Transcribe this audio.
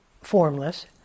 formless